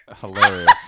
Hilarious